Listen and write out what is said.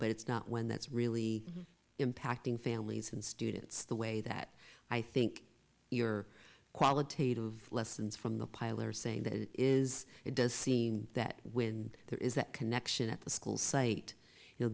but it's not one that's really impacting families and students the way that i think your qualitative lessons from the pile are saying that it is it does seem that when there is that connection at the school site you know